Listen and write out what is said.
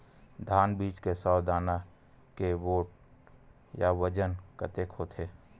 धान बीज के सौ दाना के वेट या बजन कतके होथे?